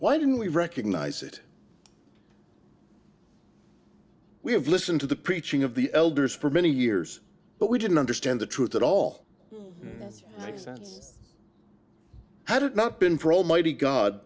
why didn't we recognize it we have listened to the preaching of the elders for many years but we didn't understand the truth at all like since i did not been for almighty god